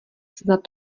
snad